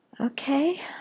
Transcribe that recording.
Okay